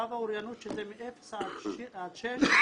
שלב האוריינות שזה מאפס עד שש,